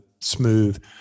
smooth